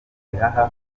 bihaha